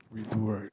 redo right